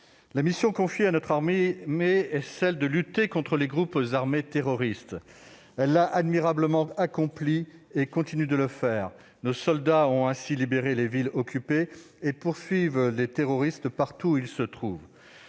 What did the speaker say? a été confiée à notre armée : lutter contre les groupes armés terroristes. Elle l'a admirablement accomplie et continue de le faire. Nos soldats ont ainsi libéré les villes occupées et poursuivent les terroristes partout où ils se trouvent.